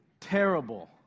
terrible